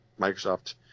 Microsoft